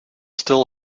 still